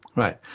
right,